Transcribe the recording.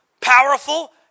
powerful